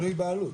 נכון,